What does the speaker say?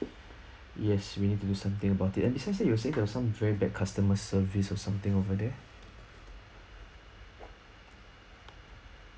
yes we need to do something about it and especially you were saying there are some very bad customer service or something over there